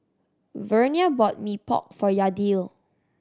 Vernia bought Mee Pok for Yadiel